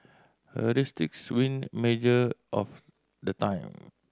heuristics win major of the time